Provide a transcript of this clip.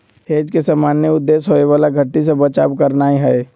hedge के सामान्य उद्देश्य होयबला घट्टी से बचाव करनाइ हइ